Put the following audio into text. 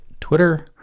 Twitter